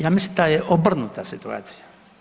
Ja mislim da je obrnuta situacija.